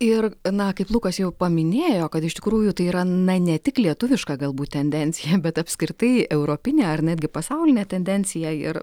ir na kaip lukas jau paminėjo kad iš tikrųjų yra na ne tik lietuviška galbūt tendencija bet apskritai europinė ar netgi pasaulinė tendencija ir